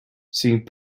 seeing